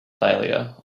failure